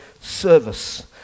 service